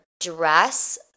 dress